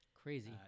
crazy